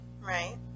Right